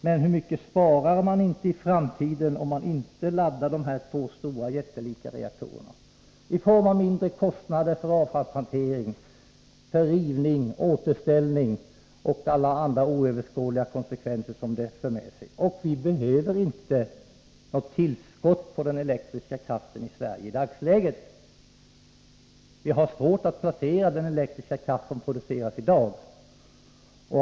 Men hur mycket sparar man inte i framtiden om man inte laddar dessa två jättelika reaktorer, i form av mindre kostnader för avfallshantering, rivning och återställning och i form av alla andra oöverskådliga konsekvenser som en laddning för med sig? Vi behöver i dagsläget inte heller något tillskott till den elektriska kraften i Sverige. Vi har svårt att placera den elektriska kraft som i dag produceras.